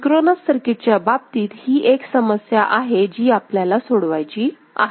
synchronous सर्किटच्या बाबतीत ही एक समस्या आहे जी आपल्याला सोडवायची आहे